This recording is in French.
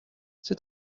c’est